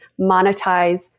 monetize